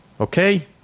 okay